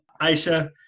Aisha